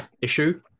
issue